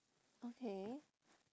okay